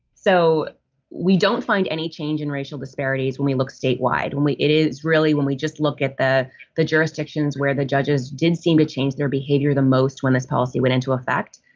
so we don't find any change in racial disparities when we look statewide, when we it is really when we just look at the the jurisdictions where the judges didn't seem to change their behavior the most when this policy went into effect,